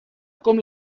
com